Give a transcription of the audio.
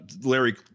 Larry